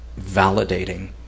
validating